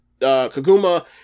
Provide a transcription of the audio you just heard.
Kaguma